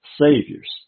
saviors